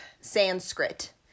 Sanskrit